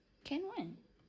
can [one]